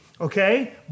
Okay